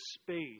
space